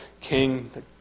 king